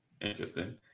Interesting